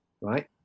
right